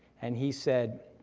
and he said,